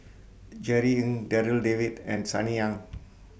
Jerry Ng Darryl David and Sunny Ang